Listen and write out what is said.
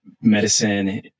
medicine